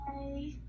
Bye